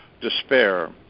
despair